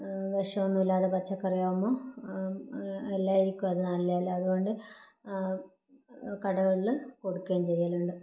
വിഷമൊന്നുല്ലാത്ത പച്ചക്കറിയാകുമ്പം എല്ലാവർക്കും അത് നല്ലതല്ലേ അതുകൊണ്ട് കടകളിൽ കൊടുക്കുകയും ചെയ്യലുണ്ട്